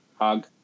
Hug